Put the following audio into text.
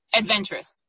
adventurous